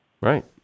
Right